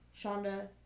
Shonda